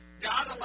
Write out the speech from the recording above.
God